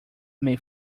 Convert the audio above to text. may